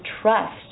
trust